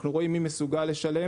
אנחנו רואים מי מסוגל לשלם.